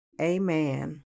Amen